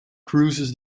cruises